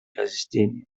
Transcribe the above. разъяснения